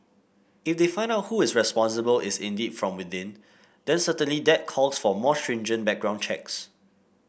if they find out who is responsible is indeed from within then certainly that calls for more stringent background checks